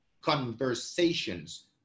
conversations